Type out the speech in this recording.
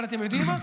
אבל אתם יודעים מה?